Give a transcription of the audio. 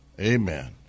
Amen